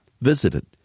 visited